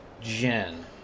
jen